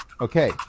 Okay